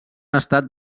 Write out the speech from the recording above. estat